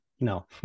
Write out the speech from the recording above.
No